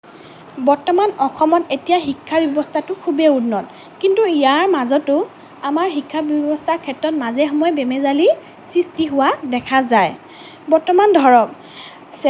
বৰ্তমান অসমত এতিয়া শিক্ষাব্যৱস্থাটো খুবেই উন্নত কিন্তু ইয়াৰ মাজতো আমাৰ শিক্ষা ব্যৱস্থাৰ ক্ষেত্ৰত মাজে সময়ে বেমেজালি সৃষ্টি হোৱা দেখা যায় বৰ্তমান ধৰক